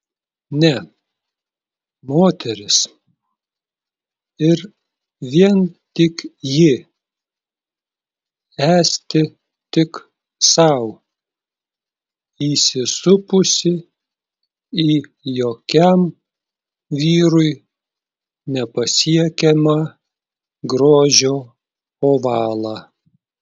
ne moteris ir vien tik ji esti tik sau įsisupusi į jokiam vyrui nepasiekiamą grožio ovalą